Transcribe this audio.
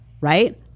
right